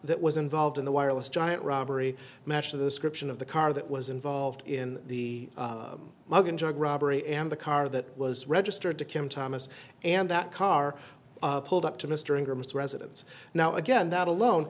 that was involved in the wireless giant robbery mattia the scription of the car that was involved in the mugging jug robbery and the car that was registered to him thomas and that car pulled up to mr ingram it's residence now again that alone